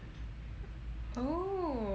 oh